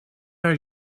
are